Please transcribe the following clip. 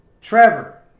Trevor